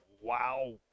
wow